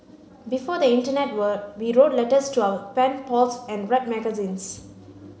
before the internet world we wrote letters to our pen pals and read magazines